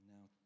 Now